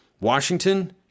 washington